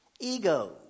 ego